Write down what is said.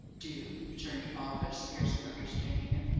do! returned arthur, scarcely understanding him.